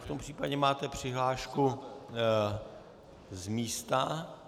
V tom případě máte přihlášku z místa.